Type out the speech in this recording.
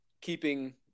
keeping